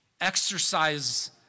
exercise